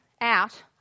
out